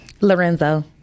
Lorenzo